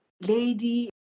lady